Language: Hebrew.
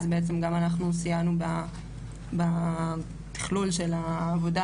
אז בעצם גם אנחנו סייענו בתכלול של העבודה